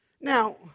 Now